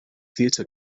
theater